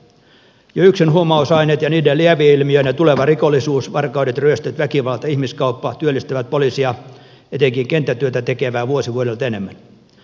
jo yksin huumausaineet ja niiden lieveilmiöinä tuleva rikollisuus varkaudet ryöstöt väkivalta ihmiskauppa työllistävät poliisia etenkin kenttätyötä tekevää vuosi vuodelta enemmän